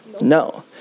No